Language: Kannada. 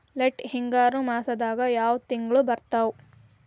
ಲೇಟ್ ಹಿಂಗಾರು ಮಾಸದಾಗ ಯಾವ್ ತಿಂಗ್ಳು ಬರ್ತಾವು?